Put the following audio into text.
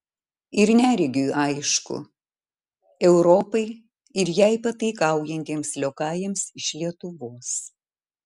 ir neregiui aišku europai ir jai pataikaujantiems liokajams iš lietuvos